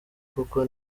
kuko